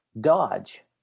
Dodge